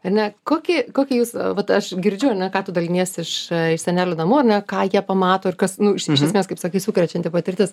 ane kokį kokį jūs vat aš girdžiu ką tu daliniesi iš iš senelių namų ane ką jie pamato ir kas nu iš esmės kaip sakai sukrečianti patirtis